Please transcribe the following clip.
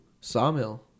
Sawmill